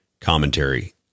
commentary